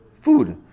food